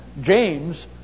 James